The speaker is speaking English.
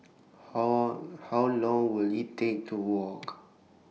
How How Long Will IT Take to Walk